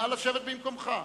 נא לשבת במקומך.